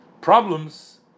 problems